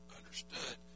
understood